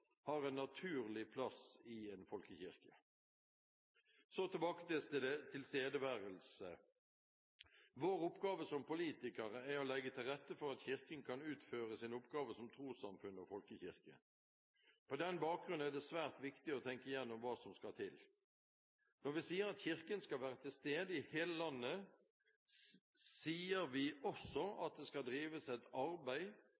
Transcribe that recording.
har en naturlig plass i en folkekirke. Så tilbake til tilstedeværelse. Vår oppgave som politikere er å legge til rette for at Kirken kan utføre sin oppgave som trossamfunn og folkekirke. På den bakgrunn er det svært viktig å tenke igjennom hva som skal til. Når vi sier at Kirken skal være til stede i hele landet, sier vi også